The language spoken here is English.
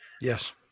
Yes